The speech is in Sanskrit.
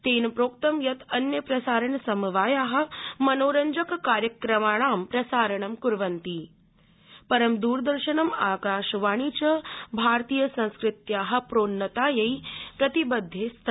तेन प्रोक्तम् यत् अन्य प्रसारण समवाया मनोरजक कार्यक्रमाणां प्रसारणं क्वन्ति परं द्रदर्शनं आकाशवाणी च भारतीय संस्कृत्या प्रोन्नत्यै प्रतिबद्धे स्त